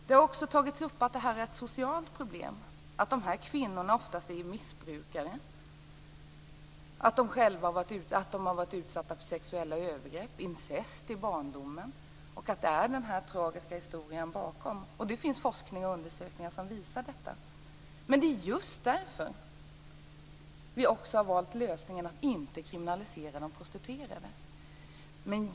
Det har också tagits upp att det här är ett socialt problem, att de här kvinnorna oftast är missbrukare och att de varit utsatta för sexuella övergrepp, t.ex. incest, i barndomen. Det finns den här tragiska historien bakom. Det finns det forskning och undersökningar som visar. Men det är just därför som vi har valt lösningen att inte kriminalisera de prostituerade.